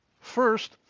First